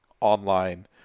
online